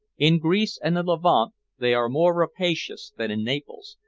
in greece and the levant they are more rapacious than in naples,